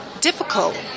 difficult